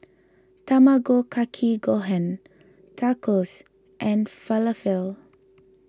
Tamago Kake Gohan Tacos and Falafel